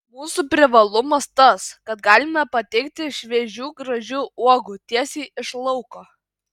mūsų privalumas tas kad galime pateikti šviežių gražių uogų tiesiai iš lauko